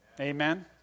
Amen